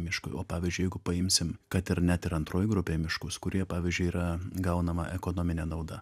miškui o pavyzdžiui jeigu paimsim kad ir net ir antroji grupėj miškus kurie pavyzdžiui yra gaunama ekonominė nauda